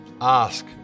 Ask